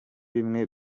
bimwe